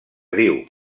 diu